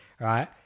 right